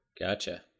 Gotcha